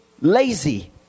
lazy